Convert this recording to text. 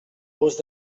gust